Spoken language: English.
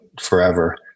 forever